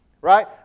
right